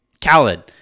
Khaled